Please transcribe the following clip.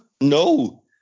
No